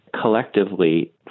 collectively